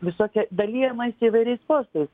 visokie dalijamasi įvairiais postais